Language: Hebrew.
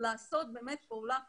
לעשות פעולה פרואקטיבית,